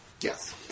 Yes